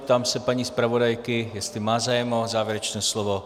Ptám se paní zpravodajky, jestli má zájem o závěrečné slovo.